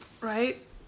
right